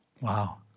Wow